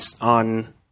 on